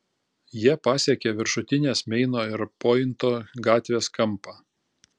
jie pasiekė viršutinės meino ir pointo gatvės kampą